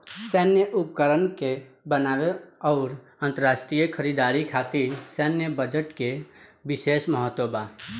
सैन्य उपकरण के बनावे आउर अंतरराष्ट्रीय खरीदारी खातिर सैन्य बजट के बिशेस महत्व बा